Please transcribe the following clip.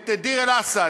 את דיר-אל-אסד,